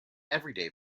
everyday